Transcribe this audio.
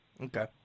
Okay